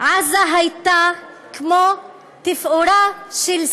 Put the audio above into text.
עזה הייתה כמו תפאורה של סרט,